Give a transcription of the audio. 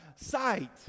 sight